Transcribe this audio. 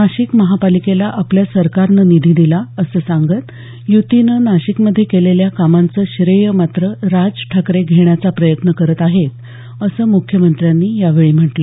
नाशिक महापालिकेला आपल्या सरकारनं निधी दिला असं सांगत युतीनं नाशिकमध्ये केलेल्या कामांचं श्रेय मात्र राज ठाकरे घेण्याचा प्रयत्न करत आहेत असं मुख्यमंत्र्यांनी यावेळी म्हटलं